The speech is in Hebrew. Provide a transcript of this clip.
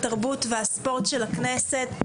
התרבות והספורט של הכנסת.